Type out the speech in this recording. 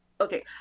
Okay